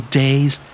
days